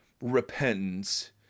repentance